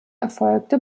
erfolgte